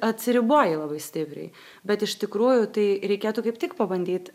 atsiriboji labai stipriai bet iš tikrųjų tai reikėtų kaip tik pabandyti